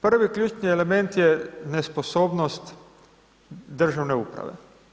Prvi ključni element je nesposobnost državne uprave.